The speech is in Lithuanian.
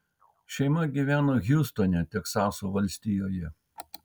šeima gyveno hjustone teksaso valstijoje